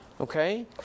Okay